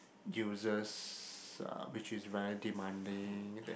users uh which is very demanding that